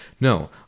No